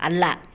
ಅಲ್ಲ